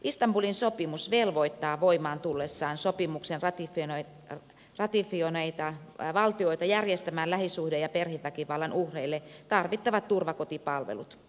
istanbulin sopimus velvoittaa voimaan tullessaan sopimuksen ratifioineita valtioita järjestämään lähisuhde ja perheväkivallan uhreille tarvittavat turvakotipalvelut